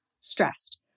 stressed